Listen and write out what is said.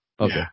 Okay